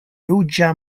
ruĝa